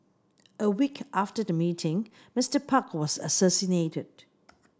a week after the meeting Mister Park was assassinated